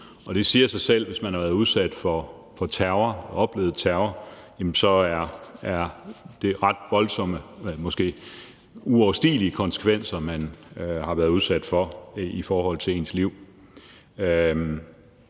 og det siger sig selv, at hvis man har været udsat for terror, oplevet terror, er det ret voldsomme og måske uoverstigelige konsekvenser, man udsættes for i forhold til ens liv.